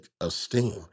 esteem